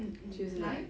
mm mm like